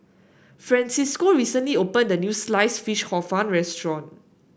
Francisco recently opened a new Sliced Fish Hor Fun restaurant